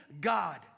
God